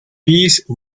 peace